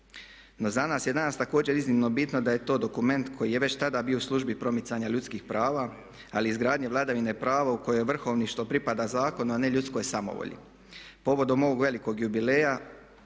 No za nas je danas također iznimno bitno da je to dokument koji je već tada bio u službi promicanja ljudskih prava ali i izgradnje vladavine prava u kojoj vrhovništvo pripada zakonu a ne ljudskoj samovolji. Povodom ovog velikog jubileja